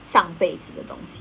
上辈子的东西